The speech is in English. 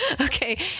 Okay